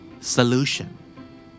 Solution